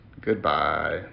Goodbye